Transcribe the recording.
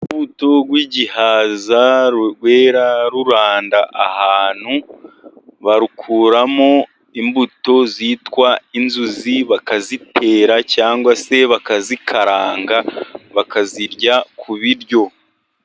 Urubuto rw'igihaza rwera ruranda ahantu barukuramo imbuto zitwa inzuzi bakazitera, cyangwa se bakazikaranga, bakazirya ku biryo.